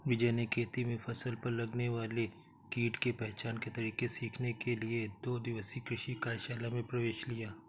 विजय ने खेती में फसल पर लगने वाले कीट के पहचान के तरीके सीखने के लिए दो दिवसीय कृषि कार्यशाला में प्रवेश लिया